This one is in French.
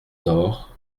door